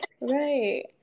right